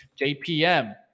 JPM